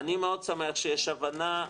אני מאוד שמח שיש הבנה,